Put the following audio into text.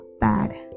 bad